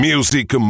Music